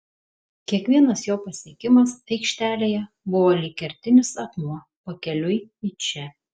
kiekvienas jo pasiekimas aikštelėje buvo lyg kertinis akmuo pakeliui į čia